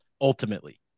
Ultimately